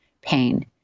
pain